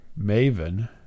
maven